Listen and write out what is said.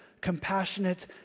compassionate